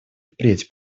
впредь